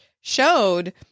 showed